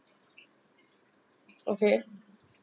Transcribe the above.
okay